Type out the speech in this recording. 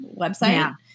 website